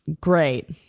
great